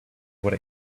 what